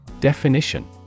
Definition